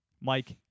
Mike